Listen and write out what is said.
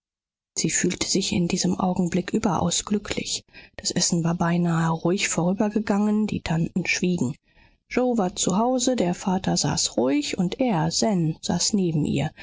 sie fühlte sich in diesem augenblick überaus glücklich das essen war beinahe ruhig vorübergegangen die tanten schwiegen yoe war zu hause der vater saß ruhig und er zen saß neben ihr